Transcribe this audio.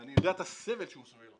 ואני יודע את הסבל שהוא סובל,